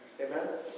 Amen